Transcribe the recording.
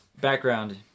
Background